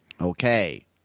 Okay